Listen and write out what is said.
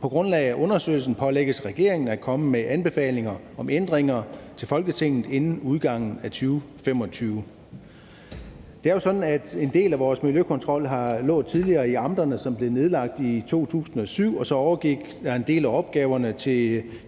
På grundlag af undersøgelsen pålægges regeringen at komme med anbefalinger om ændringer til Folketinget inden udgangen af 2025.« Det er jo sådan, at en del af vores miljøkontrol tidligere lå i amterne, som blev nedlagt i 2007, og så overgik en del af opgaverne